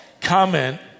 comment